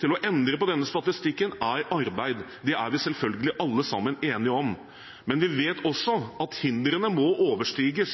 til å endre på denne statistikken er arbeid. Det er vi selvfølgelig alle sammen enige om. Men vi vet også at hindrene må overstiges,